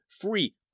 free